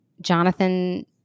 Jonathan